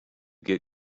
get